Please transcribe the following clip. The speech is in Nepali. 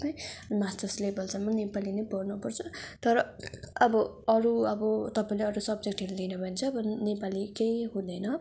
मास्टर्स लेबलसम्म नेपाली नै पढनु पर्छ तर अब अरू अब तपाईँले अरू सब्जेक्टहरू लिनु भयो भने चाहिँ अब नेपाली केही हुँदैन